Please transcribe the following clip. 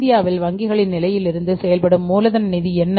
இந்தியாவில் வங்கிகளின் நிலையிலிருந்து செயல்படும் மூலதன நிதி என்ன